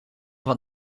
wat